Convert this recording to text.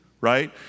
Right